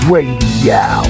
Radio